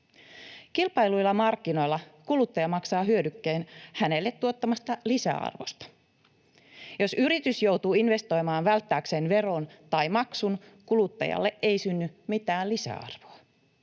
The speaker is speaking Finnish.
Kilpailluilla markkinoilla kuluttaja maksaa hyödykkeen hänelle tuottamasta lisäarvosta. Jos yritys joutuu investoimaan välttääkseen veron tai maksun, kuluttajalle ei synny mitään lisäarvoa.